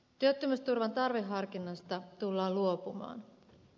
työttömyysturvan tarveharkinnasta tullaan luopumaan